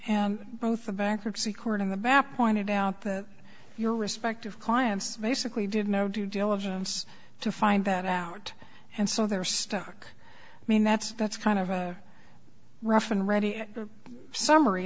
and both the bankruptcy court and the map wanted out that your respective clients basically did no due diligence to find that out and so they're stuck i mean that's that's kind of a rough and ready summary